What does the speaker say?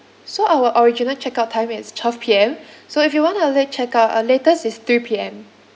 so our original check out time is twelve P_M so if you want to late check out our latest is three P_M